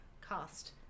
cost